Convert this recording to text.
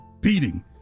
beating